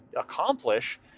accomplish